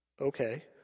okay